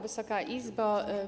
Wysoka Izbo!